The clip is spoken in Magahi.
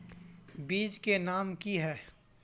बीज के नाम की है?